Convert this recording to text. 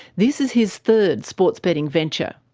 this is his third sports betting venture.